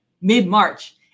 mid-March